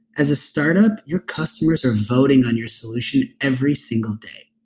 as a start-up, your customers are voting on your solution every single day.